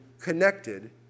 connected